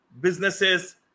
businesses